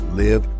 live